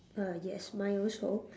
err yes mine also